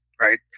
right